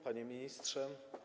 Panie Ministrze!